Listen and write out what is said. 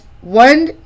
one